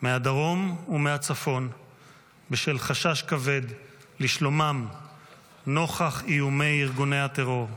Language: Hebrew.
מהדרום ומהצפון בשל חשש כבד לשלומם נוכח איומי ארגוני הטרור.